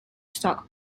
stock